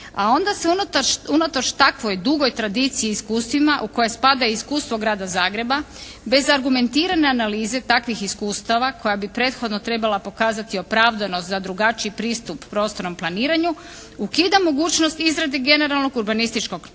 A onda se unatoč takvoj dugoj tradiciji i iskustvima u koje spada i iskustvo Grada Zagreba bez argumentirane analize takvih iskustava koja bi prethodno trebala pokazati opravdanost za drugačiji pristup prostornom planiranju ukida mogućnost izrade generalnog urbanističkog plana